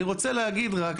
אני רוצה להגיד רק,